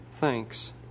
thanks